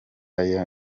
aye